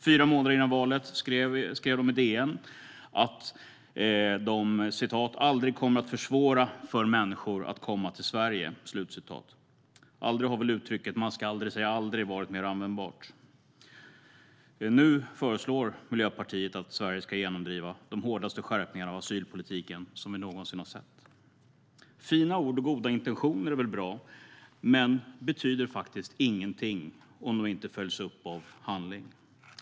Fyra månader före valet skrev de i DN att de aldrig kommer att försvåra för människor att komma till Sverige. Aldrig har väl uttrycket "man ska aldrig säga aldrig" varit mer användbart. Nu föreslår Miljöpartiet att Sverige ska genomdriva de hårdaste skärpningarna av asylpolitiken som vi någonsin har sett. Fina ord och goda intentioner är väl bra, men de betyder faktiskt ingenting om de inte följs av handling.